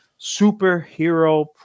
superhero